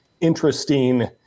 interesting